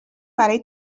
برای